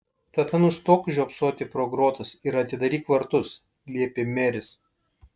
tada nustok žiopsoti pro grotas ir atidaryk vartus liepė meris